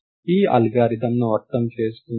ఈ అల్గోరిథంను అర్థం చేసుకుందాం